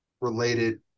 related